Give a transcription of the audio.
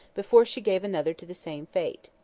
before she gave another to the same fate.